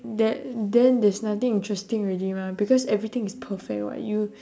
that then there's nothing interesting already mah because everything is perfect [what] you